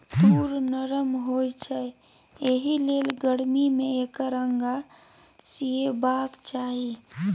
तूर नरम होए छै एहिलेल गरमी मे एकर अंगा सिएबाक चाही